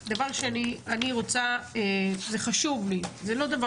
אני רוצה, זה חשוב לי זה לא דבר,